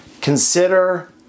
consider